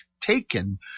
taken